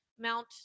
Mount